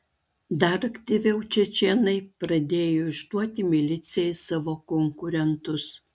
dar aktyviau čečėnai pradėjo išduoti milicijai savo konkurentus